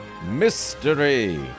mystery